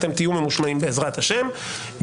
תהיו ממושמעים בעזרת השם.